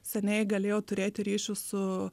seniai galėjo turėti ryšius su